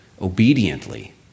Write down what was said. obediently